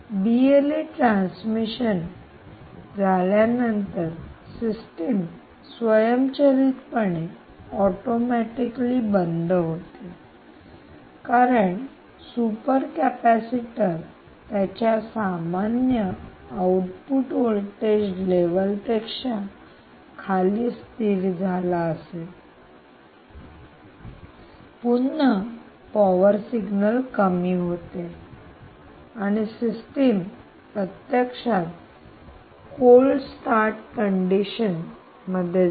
BLE transmission transmission प्रसारण झाल्यानंतर system स्वयंचलितपणे बंद होते कारण सुपर कॅपॅसिटर त्याच्या सामान्य आउटपुट वोल्टेज लेव्हल पेक्षा खाली स्थिर झाला असेल पुन्हा पॉवर सिग्नल कमी होते आणि सिस्टम प्रत्यक्षात कोल्ड स्टार्ट कंडिशन मध्ये जाईल